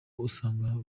usanga